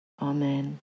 Amen